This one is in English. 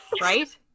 Right